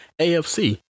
AFC